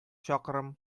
чакрым